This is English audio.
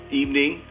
evening